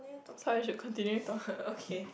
so I should continue talk okay